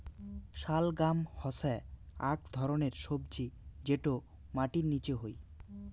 শালগাম হসে আক ধরণের সবজি যটো মাটির নিচে হই